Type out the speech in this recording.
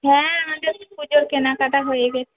হ্যাঁ আমাদের পুজোর কেনাকাটা হয়ে গেছে